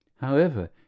However